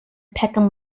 peckham